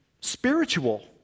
spiritual